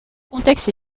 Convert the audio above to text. contexte